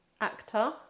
actor